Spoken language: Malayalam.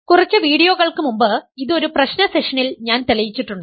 കുറച്ച് വീഡിയോകൾക്ക് മുമ്പ് ഇത് ഒരു പ്രശ്ന സെഷനിൽ ഞാൻ തെളിയിച്ചിട്ടുണ്ട്